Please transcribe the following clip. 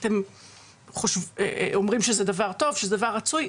כאילו שאנחנו אומרים שזה דבר טוב ודבר רצוי.